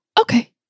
okay